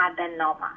adenoma